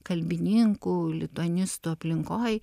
kalbininkų lituanistų aplinkoj